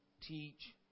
teach